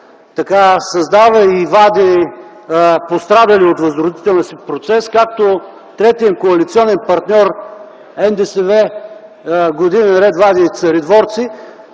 вече създава и вади пострадали от Възродителния процес, както третият им коалиционен партньор – НДСВ, години наред вади царедворци